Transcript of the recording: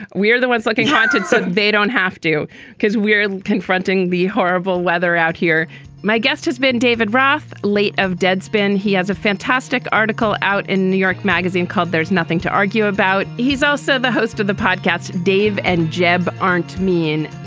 we are the ones looking haunted. so they don't have to because we're confronting the horrible weather out here my guest has been david wrath, late of deadspin. he has a fantastic article out in new york magazine called there's nothing to argue about. he's also the host of the podcast. dave and jeb aren't mean.